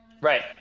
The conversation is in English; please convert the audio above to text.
Right